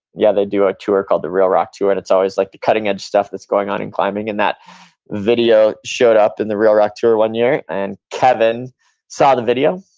yeah they do a tour called the reel rock tour, and it's always like the cutting edge stuff that's going on in climbing. and that video showed up in the real rock tour for one year, and kevin saw the video.